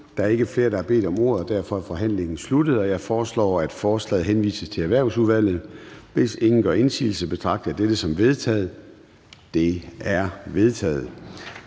Der er ikke flere, der har bedt om ordet, og derfor er forhandlingen sluttet. Jeg foreslår, at forslaget henvises til Erhvervsudvalget. Hvis ingen gør indsigelse, betragter jeg dette som vedtaget. Det er vedtaget.